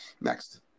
next